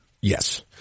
Yes